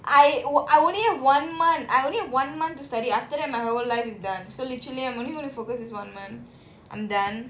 I I only have one month I only have one month to study after that my whole life is done so literally I'm only gonna focus this one month I'm done